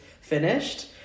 finished